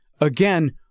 again